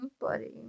Buddy